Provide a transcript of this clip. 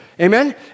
Amen